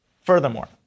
Furthermore